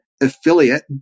affiliate